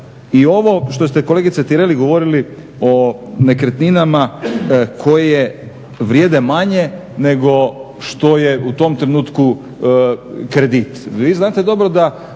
I ovo što ste kolegice Tireli govorili o nekretninama koje vrijede manje nego što je u tom trenutku kredit.